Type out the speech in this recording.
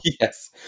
Yes